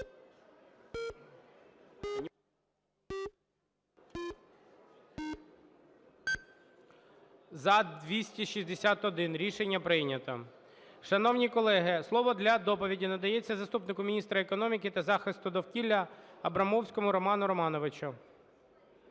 За-261 Рішення прийнято. Шановні колеги, слово для доповіді надається заступнику міністра економіки та захисту довкілля Абрамовському Роману Романовичу.